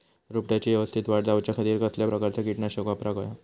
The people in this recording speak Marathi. रोपट्याची यवस्तित वाढ जाऊच्या खातीर कसल्या प्रकारचा किटकनाशक वापराक होया?